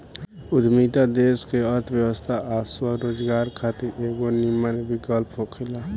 उद्यमिता देश के अर्थव्यवस्था आ स्वरोजगार खातिर एगो निमन विकल्प होखेला